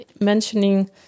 mentioning